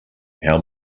how